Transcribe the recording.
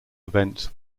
events